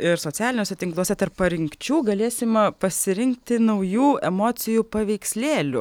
ir socialiniuose tinkluose tarp parinkčių galėsim pasirinkti naujų emocijų paveikslėlių